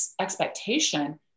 expectation